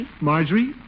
Marjorie